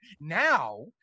Now